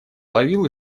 ловил